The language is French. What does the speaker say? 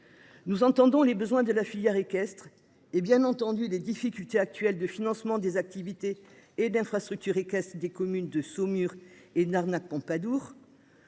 Nous entendons les besoins de la filière équestre et bien entendu les difficultés actuelles de financement des activités et d'infrastructures et Caisse des communes de Saumur et une arnaque Pompadour.